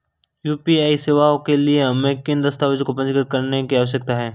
UPI सेवाओं के लिए हमें किन दस्तावेज़ों को पंजीकृत करने की आवश्यकता है?